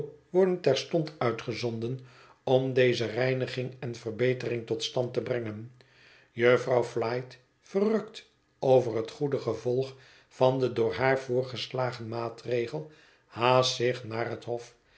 worden terstond uitgezonden om deze reiniging en verbetering tot stand te brengen jufvrouw flite verrukt over het goede gevolg van den door haar voorgeslagen maatregel haast zich naar het hof